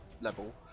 level